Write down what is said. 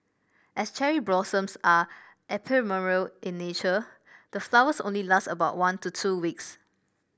as cherry blossoms are ephemeral in nature the flowers only last about one to two weeks